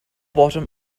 bottom